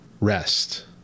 rest